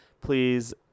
please